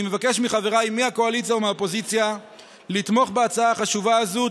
אני מבקש מחבריי מהקואליציה ומהאופוזיציה לתמוך בהצעה החשובה הזאת.